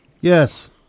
Yes